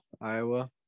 Iowa